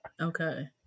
Okay